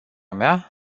mea